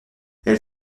elle